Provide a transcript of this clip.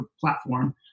platform